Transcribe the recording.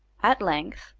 at length,